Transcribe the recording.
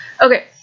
Okay